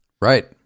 Right